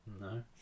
No